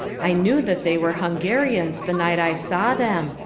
i knew that they were hungarians the night i saw them,